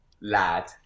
lad